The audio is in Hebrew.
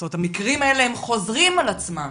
המקרים האלה חוזרים על עצמם.